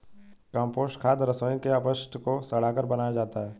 compost खाद रसोई के अपशिष्ट को सड़ाकर बनाया जाता है